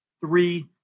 three